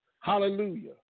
Hallelujah